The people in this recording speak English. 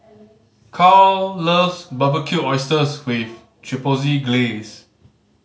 Caryl loves Barbecued Oysters with Chipotle Glaze